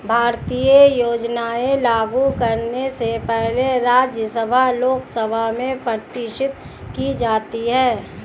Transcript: भारतीय योजनाएं लागू करने से पहले राज्यसभा लोकसभा में प्रदर्शित की जाती है